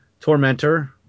tormentor